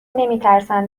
نمیترسم